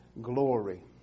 Glory